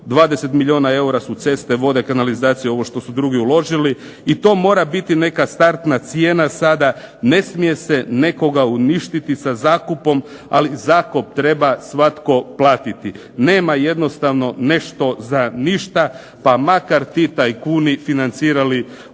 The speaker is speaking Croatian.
20 milijuna eura su ceste, vode, kanalizacija, ovo što su drugi uložili i to mora biti neka startna cijena sada, ne smije se nekoga uništiti sa zakupom, ali zakup treba svatko platiti. Nema jednostavno nešto za ništa, pa makar ti tajkuni financirali vlast.